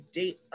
date